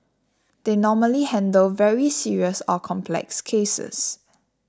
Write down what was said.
they normally handle very serious or complex cases